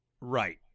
right